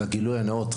גילוי נאות,